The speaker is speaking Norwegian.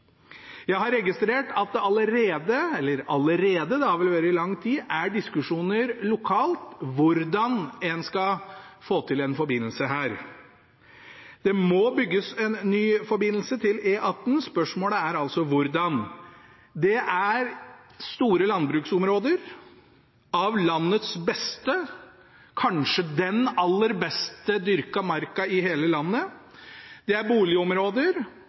Jeg har registrert at det allerede – eller allerede, det har vel vært i lang tid – er diskusjoner lokalt om hvordan en skal få til en forbindelse her. Det må bygges en ny forbindelse til E18. Spørsmålet er altså hvordan. Det er store landbruksområder, av landets beste – kanskje den aller beste dyrkede marken i hele landet. Det er boligområder.